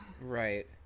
Right